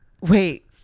Wait